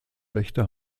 rechte